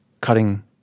Cutting